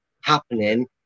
happening